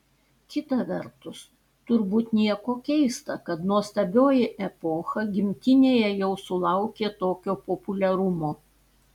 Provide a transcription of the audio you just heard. kita vertus turbūt nieko keista kad nuostabioji epocha gimtinėje jau sulaukė tokio populiarumo